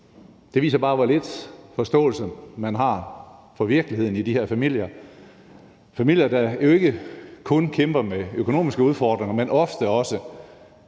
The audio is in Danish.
søge, viser bare, hvor lidt forståelse man har for virkeligheden for de her familier – familier, der jo ikke kun kæmper med økonomiske udfordringer, men ofte også